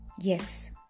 yes